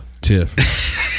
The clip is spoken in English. Tiff